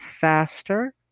faster